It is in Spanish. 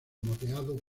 moteado